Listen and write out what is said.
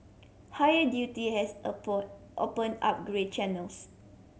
higher duty has open opened up grey channels